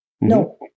No